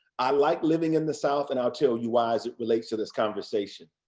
i like living in the south and i'll tell you why as it relates to this conversation.